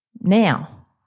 now